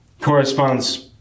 corresponds